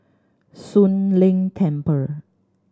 Soon Leng Temple